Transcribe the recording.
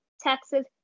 taxes